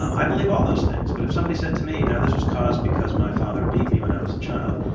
um i believe all those things but if somebody said to me now this was caused because my father beat me when i was a child,